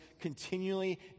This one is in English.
continually